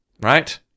right